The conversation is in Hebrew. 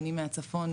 אני מהצפון,